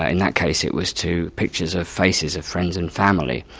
and that case it was to pictures of faces of friends and family.